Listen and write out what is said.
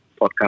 podcast